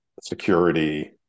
security